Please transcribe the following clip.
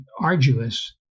arduous